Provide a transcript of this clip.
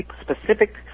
specific